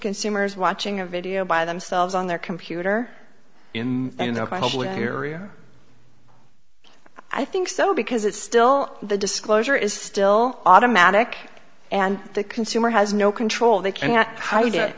consumers watching a video by themselves on their computer in public area i think so because it's still the disclosure is still automatic and the consumer has no control they can